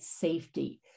safety